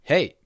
Hey